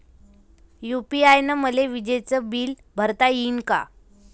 UPI न मले विजेचं बिल भरता यीन का?